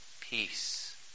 peace